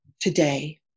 today